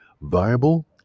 viable